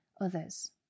others